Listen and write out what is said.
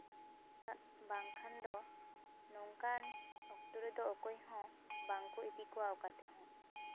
ᱟᱜ ᱵᱟᱝᱠᱷᱟᱱ ᱫᱚ ᱱᱚᱝᱠᱟᱱ ᱚᱠᱛᱚ ᱨᱮᱫᱚ ᱚᱠᱚᱭᱦᱚᱸ ᱵᱟᱝ ᱠᱚ ᱤᱫᱤ ᱠᱚᱣᱟ ᱚᱠᱟ ᱛᱮᱦᱚᱸ